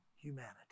humanity